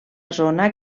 zona